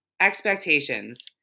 expectations